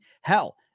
hell